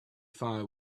fire